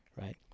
right